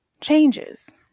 changes